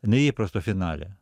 neįprasto finale